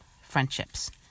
friendships